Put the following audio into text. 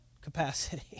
capacity